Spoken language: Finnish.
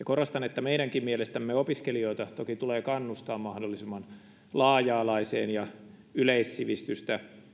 korostan että meidänkin mielestämme opiskelijoita toki tulee kannustaa mahdollisimman laaja alaiseen ja yleissivistystä